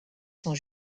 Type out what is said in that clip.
sont